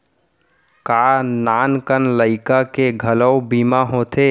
का नान कन लइका के घलो बीमा होथे?